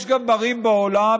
יש גם ערים בעולם,